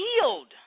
healed